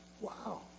Wow